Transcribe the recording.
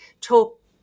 talk